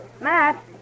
Matt